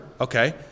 Okay